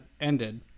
ended